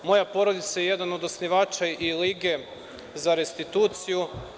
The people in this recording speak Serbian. Moja porodica je jedan od osnivača i lige za restituciju.